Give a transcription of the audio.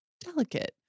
delicate